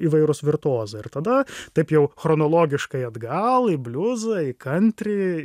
įvairūs virtuozai ir tada taip jau chronologiškai adgal į bliuzą į kantri